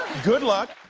good luck.